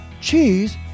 cheese